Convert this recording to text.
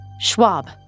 Schwab